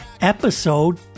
episode